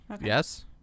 yes